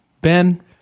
Ben